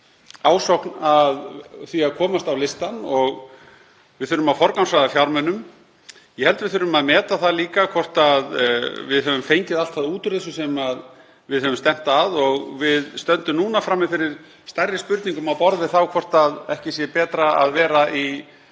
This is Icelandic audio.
raðir að því að komast á listann og við þurfum að forgangsraða fjármunum. Ég held við þurfum líka að meta það hvort við höfum fengið allt það út úr þessu sem við höfum stefnt að. Við stöndum núna frammi fyrir stærri spurningum á borð við þá hvort ekki sé betra að vera á